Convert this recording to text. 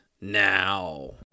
now